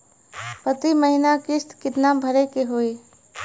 प्रति महीना किस्त कितना भरे के होई?